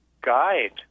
guide